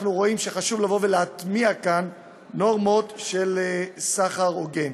אנחנו רואים שחשוב לבוא ולהטמיע כאן נורמות של סחר הוגן.